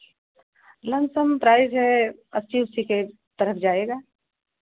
lump sum price है अस्सी वस्सी के तरफ जाएगा